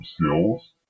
skills